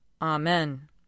Amen